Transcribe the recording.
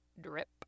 drip